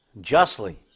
Justly